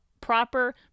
proper